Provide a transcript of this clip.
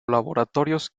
laboratorios